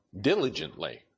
Diligently